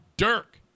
Dirk